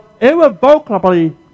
irrevocably